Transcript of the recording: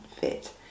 fit